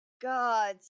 God